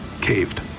caved